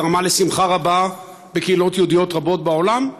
גרמה לשמחה רבה בקהילות יהודיות רבות בעולם,